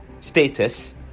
status